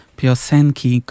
piosenki